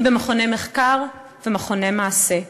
במכוני מחקר ומכוני מעשה.